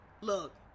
look